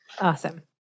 Awesome